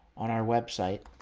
on our website